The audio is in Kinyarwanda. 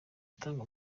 gutanga